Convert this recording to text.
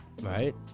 right